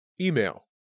Email